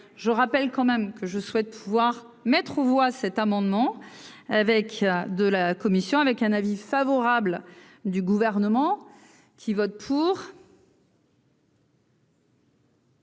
je rappelle quand même que je souhaite pouvoir mettre aux voix cet amendement avec de la commission avec un avis favorable du gouvernement qui vote pour.